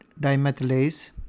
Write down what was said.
dimethylase